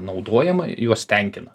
naudojama juos tenkina